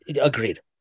agreed